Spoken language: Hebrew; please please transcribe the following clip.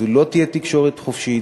זו לא תהיה תקשורת חופשית,